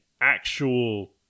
actual